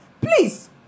Please